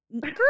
girl